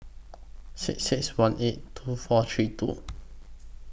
six six one eight two four three two